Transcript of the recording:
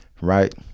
Right